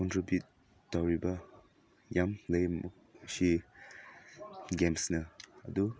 contribute ꯇꯧꯔꯤꯕ ꯌꯥꯝ ꯂꯩꯕꯅ ꯑꯁꯤ ꯒꯦꯝꯁꯅ ꯑꯗꯨ